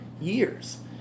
years